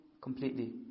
completely